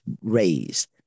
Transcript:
raised